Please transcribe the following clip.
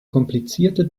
komplizierte